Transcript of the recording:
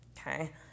okay